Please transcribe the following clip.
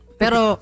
pero